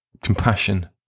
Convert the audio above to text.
compassion